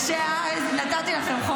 שאני אזכיר לך?